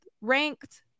ranked